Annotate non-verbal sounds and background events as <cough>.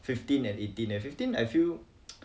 fifteen and eighteen and fifteen I feel <noise>